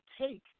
take